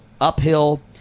uphill